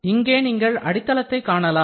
இங்கே நீங்கள் அடித்தளத்தை காணலாம்